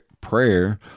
prayer